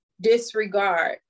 disregard